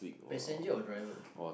passenger or driver